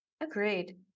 Agreed